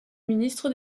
ministre